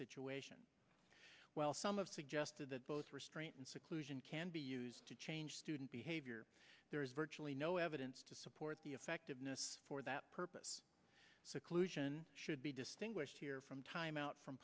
situation while some of suggested that both restraint and seclusion can be used to change student behavior there is virtually no evidence to support the effectiveness for that purpose seclusion should be distinguished here from time out from